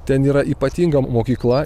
ten yra ypatinga mokykla